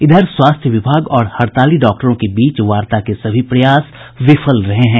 इधर स्वास्थ्य विभाग और हड़ताली डॉक्टरों के बीच वार्ता के सभी प्रयास विफल रहे हैं